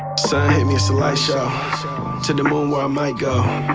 me so elijah to the moon why my god